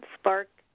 spark